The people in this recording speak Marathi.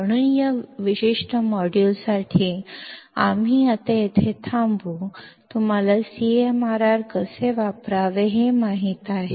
म्हणून या विशिष्ट मॉड्यूलसाठी आम्ही आता येथे थांबू तुम्हाला CMRR कसे वापरावे हे माहित आहे